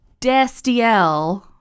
Destiel